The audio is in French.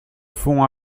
fond